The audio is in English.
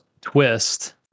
twist